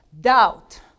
doubt